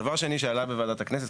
דבר שני שעלה בוועדת הכנסת,